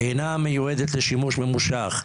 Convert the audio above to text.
אינה מיועדת לשימוש ממושך.